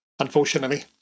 unfortunately